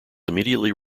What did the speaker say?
immediately